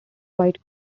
white